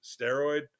steroid